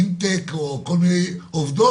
עובדות